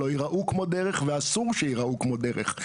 לא ייראו כמו דרך ואסור שייראו כמו דרך.